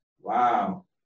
Wow